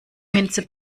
minze